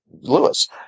Lewis